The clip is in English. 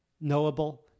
knowable